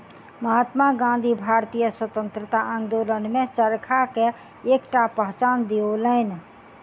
महात्मा गाँधी भारतीय स्वतंत्रता आंदोलन में चरखा के एकटा पहचान दियौलैन